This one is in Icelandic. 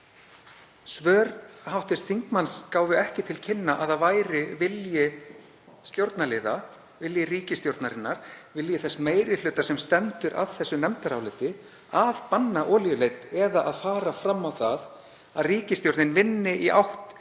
Svör hv. þingmanns gáfu ekki til kynna að það væri vilji stjórnarliða, vilji ríkisstjórnarinnar, vilji þess meiri hluta sem stendur að þessu nefndaráliti, að banna olíuleit eða fara fram á það að ríkisstjórnin vinni í átt